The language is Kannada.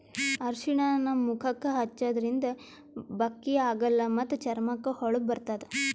ಅರ್ಷಿಣ ನಮ್ ಮುಖಕ್ಕಾ ಹಚ್ಚದ್ರಿನ್ದ ಬಕ್ಕಿ ಆಗಲ್ಲ ಮತ್ತ್ ಚರ್ಮಕ್ಕ್ ಹೊಳಪ ಬರ್ತದ್